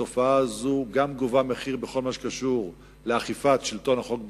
התופעה הזאת גם גובה מחיר בכל מה שקשור לאכיפת שלטון החוק בישראל,